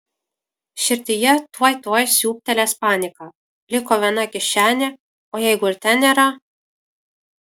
širdyje tuoj tuoj siūbtelės panika liko viena kišenė o jeigu ir ten nėra